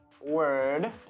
word